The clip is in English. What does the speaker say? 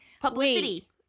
publicity